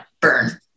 burn